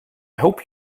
hope